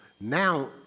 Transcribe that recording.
Now